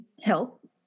help